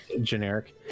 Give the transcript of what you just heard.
Generic